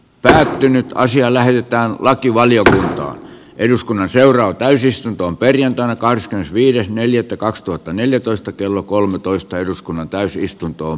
päätynyt ja lähi itään laki vajota eduskunnan seuraa täysistuntoon perjantaina kahdeskymmenesviides neljättä kaksituhattaneljätoista ajoiksi on ehdottomasti eteenpäin